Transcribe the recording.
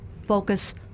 focus